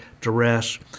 duress